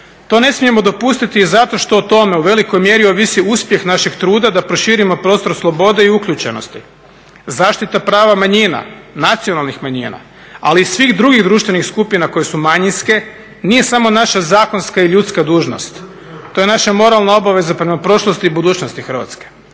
To ne smijemo dopustiti i zato što o tome u velikoj mjeri ovisi uspjeh našeg truda da proširimo prostor slobode i uključenosti. Zaštita prava manjina, nacionalnih manjina, ali i svih drugih društvenih skupina koje su manjinske nije samo naša zakonska i ljudska dužnost. To je naša moralna obaveza prema prošlosti i budućnosti Hrvatske.